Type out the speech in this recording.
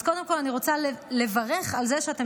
אז קודם כול אני רוצה לברך על זה שאתם